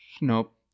Nope